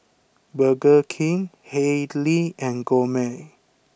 Burger King Haylee and Gourmet